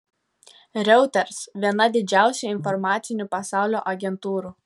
reuters viena didžiausių informacinių pasaulio agentūrų